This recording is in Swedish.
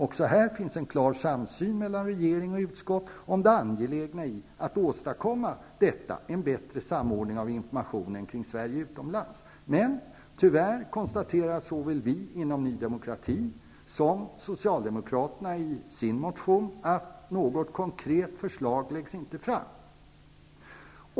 Också här finns en klar samsyn mellan regeringen och utskottet om det angelägna i att åstadkomma en bättre samordning av informationen kring Sverige utomlands. Men tyvärr konstaterar såväl vi inom Ny demokrati som socialdemokraterna i sin motion att något konkret förslag inte läggs fram.